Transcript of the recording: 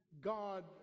God